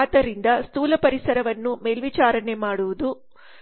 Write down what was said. ಆದ್ದರಿಂದ ಸ್ಥೂಲ ಪರಿಸರವನ್ನು ಮೇಲ್ವಿಚಾರಣೆ ಮಾಡುವುದು